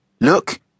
Look